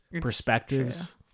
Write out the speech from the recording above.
perspectives